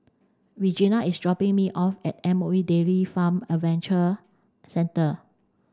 Regena is dropping me off at M O E Dairy Farm Adventure Centre